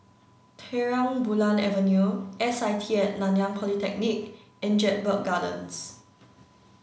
Terang Bulan Avenue S I T A Nanyang Polytechnic and Jedburgh Gardens